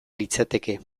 litzateke